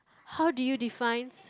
how do you define